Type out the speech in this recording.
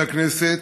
חברי הכנסת,